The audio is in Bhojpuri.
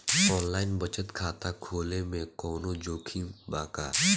आनलाइन बचत खाता खोले में कवनो जोखिम बा का?